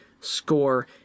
score